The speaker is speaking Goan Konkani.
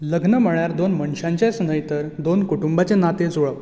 लग्न म्हणल्यार दोन मनशांचेच न्हय तर दोन कुटुंबाचें नातें जुळप